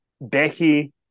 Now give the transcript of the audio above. Becky